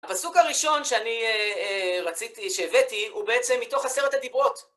הפסוק הראשון שאני רציתי, שהבאתי, הוא בעצם מתוך עשרת הדיברות.